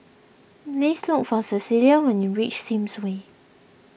please look for Cecelia when you reach Sims Way